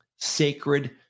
Sacred